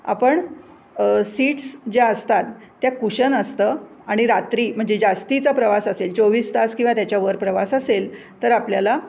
आपण सीट्स ज्या असतात त्या कुशन असतं आणि रात्री म्हणजे जास्तीचा प्रवास असेल चोवीस तास किंवा त्याच्यावर प्रवास असेल तर आपल्याला